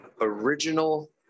original